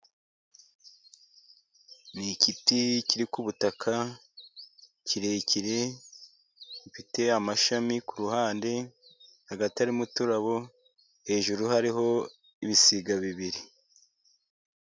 Ni igiti kiri ku butaka kirekire, gifite amashami ku ruhande, hagati harimo uturabo, hejuru hariho ibisiga bibiri.